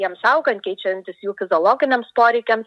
jiems augant keičiantis jų biologiniams poreikiams